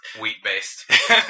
wheat-based